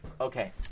Okay